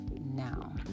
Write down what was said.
now